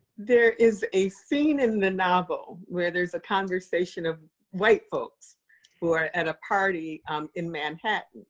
there is a scene in the novel where there's a conversation of white folks who are at a party um in manhattan,